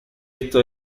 esto